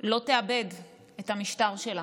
תאבד את המשטר שלה?